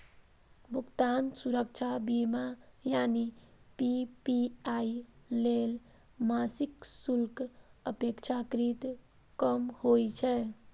भुगतान सुरक्षा बीमा यानी पी.पी.आई लेल मासिक शुल्क अपेक्षाकृत कम होइ छै